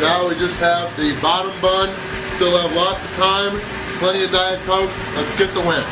now. we just have the bottom bun still have lots of time plenty of guys come let's get the win!